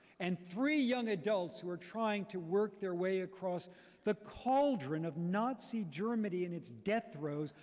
and three young adults who were trying to work their way across the cauldron of nazi germany in its death throws.